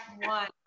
one